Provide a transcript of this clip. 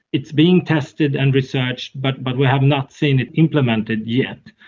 it's being tested and researched but but we have not seen it implemented yet.